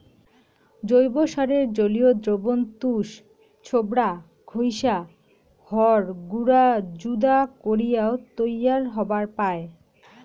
জৈব সারের জলীয় দ্রবণ তুষ, ছোবড়া, ঘইষা, হড় গুঁড়া যুদা করিয়াও তৈয়ার হবার পায়